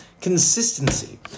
consistency